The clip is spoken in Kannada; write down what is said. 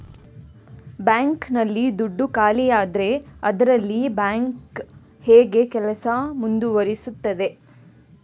ಬ್ಯಾಂಕ್ ನಲ್ಲಿ ದುಡ್ಡು ಖಾಲಿಯಾದರೆ ಅದರಲ್ಲಿ ಬ್ಯಾಂಕ್ ಹೇಗೆ ಕೆಲಸ ಮುಂದುವರಿಸುತ್ತದೆ?